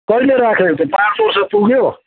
कहिले राखेको पाँच वर्ष पुग्यो